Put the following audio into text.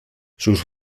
sus